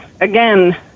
again